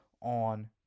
On